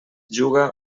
juga